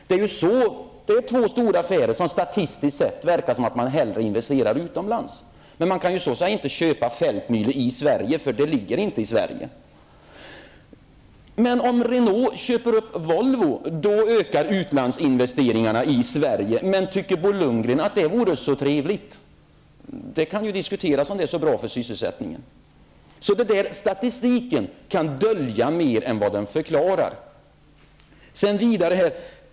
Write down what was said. Det är två stora affärer som gör att det statistiskt sett verkar som att man hellre investerar utomlands. Men man kan ju inte så att säga köpa Feldmühle i Sverige, eftersom företaget inte ligger i Sverige. Om Renault köper upp Volvo ökar utlandsinvesteringarna i Sverige. Men tycker Bo Lundgren att det vore så trevligt? Det kan diskuteras om det är så bra för sysselsättningen. Statistiken kan dölja mer än vad den förklarar.